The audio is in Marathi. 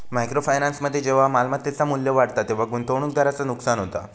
मायक्रो फायनान्समध्ये जेव्हा मालमत्तेचा मू्ल्य वाढता तेव्हा गुंतवणूकदाराचा नुकसान होता